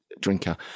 drinker